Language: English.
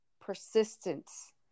persistence